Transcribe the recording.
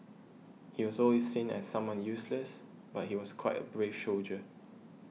he was always seen as someone useless but he was quite a brave soldier